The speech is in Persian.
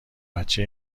بچه